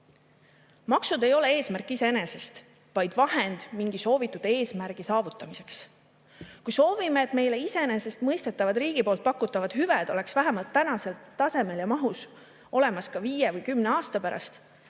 Maksud ei ole eesmärk iseenesest, vaid vahend mingi soovitud eesmärgi saavutamiseks. Kui soovime, et meile iseenesestmõistetavad riigi poolt pakutavad hüved oleks vähemalt tänasel tasemel ja tänases mahus olemas ka viie või kümne aasta pärast,